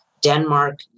Denmark